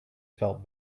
felt